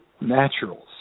Naturals